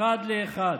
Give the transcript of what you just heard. אחד לאחד: